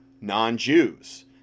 non-Jews